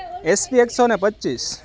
S P એકસો ને પચ્ચીસ